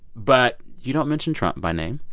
but you don't mention trump by name.